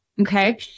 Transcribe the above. Okay